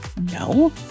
no